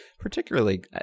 Particularly